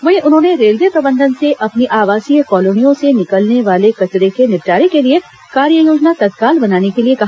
वहीं उन्होंने रेलवे प्रबंधन से अपनी आवासीय कॉलोनियों से निकलने वाले कचरे के निपटारे के लिए कार्ययोजना तत्काल बनाने के लिए कहा